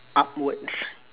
upwards